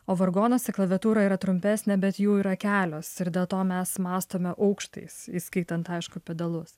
o vargonuose klaviatūra yra trumpesnė bet jų yra kelios ir dėl to mes mąstome aukštais įskaitant aišku pedalus